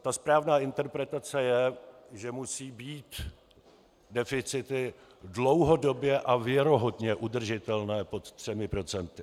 Ta správná interpretace je, že musí být deficity dlouhodobě a věrohodně udržitelné pod 3 %.